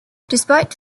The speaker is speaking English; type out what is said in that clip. despite